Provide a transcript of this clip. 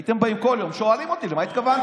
הייתם באים כל יום שואלים אותי למה התכוונתי.